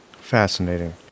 Fascinating